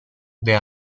del